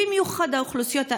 במיוחד האוכלוסיות האלו,